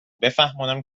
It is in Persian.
بفهمانم